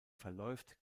verläuft